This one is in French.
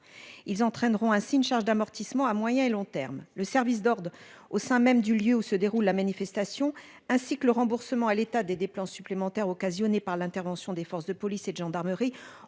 ils entraîneront ainsi une charge d'amortissement à moyen et long terme, le service d'ordre au sein même du lieu où se déroule la manifestation ainsi que le remboursement à l'état des dépenses supplémentaires occasionnées par l'intervention des forces de police et de gendarmerie